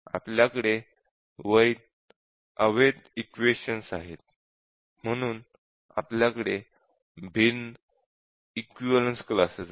आपल्याकडे वैध अवैध इक्वेश़न आहेत म्हणून आपल्याकडे भिन्न इक्विवलेन्स क्लासेस आहेत